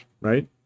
right